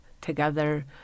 together